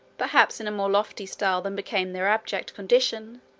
perhaps in a more lofty style than became their abject condition,